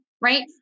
right